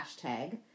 hashtag